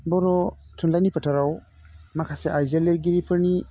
बर' थुनलाइनि फोथाराव माखासे आयजो लिरगिरिफोरनि